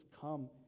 come